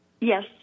Yes